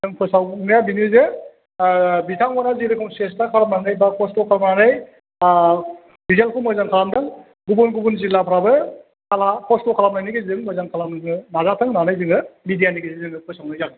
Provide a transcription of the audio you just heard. जों फोसावनाया बिदिनो जे बिथांमोना जेरोखोम सेस्था खालामनानै बा खस्थ' खालामनानै रिजाल्टखौ मोजां खालामदों गुबुन गुबुन जिल्लाफ्राबो खस्थ' खालामनायनि गेजेरजों मोजां खालामनो नाजाथों होननानै जोङो मिडियानि गेजेरजों जोङो फोसावनाय जागोन